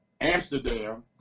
Amsterdam